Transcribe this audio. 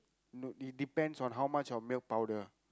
no it depends on how much milk powder